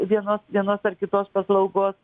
vienos vienos ar kitos paslaugos